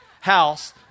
house